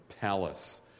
palace